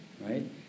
right